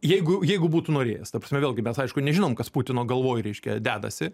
jeigu jeigu būtų norėjęs ta prasme vėlgi mes aišku nežinom kas putino galvoj reiškia dedasi